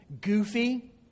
goofy